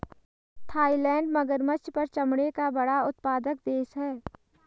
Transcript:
Thailand मगरमच्छ पर चमड़े का बड़ा उत्पादक देश है